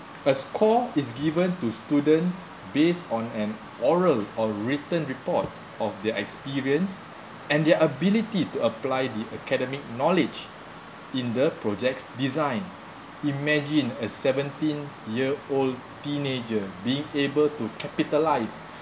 a score is given to students based on an oral or written report of their experience and their ability to apply the academic knowledge in the projects design imagine a seventeen year old teenager being able to capitalise